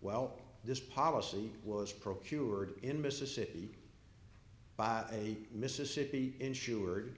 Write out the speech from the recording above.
well this policy was procured in mississippi mississippi insured